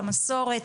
למסורת.